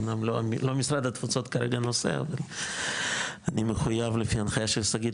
אמנם לא משרד התפוצות כרגע הנושא אבל אני מחויב לפי הנחייה של שגית,